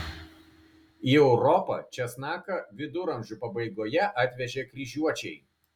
į europą česnaką viduramžių pabaigoje atvežė kryžiuočiai